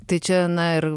tai čia na ir